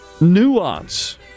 nuance